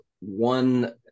one